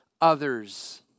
others